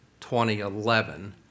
2011